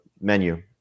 menu